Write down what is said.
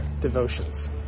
devotions